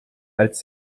als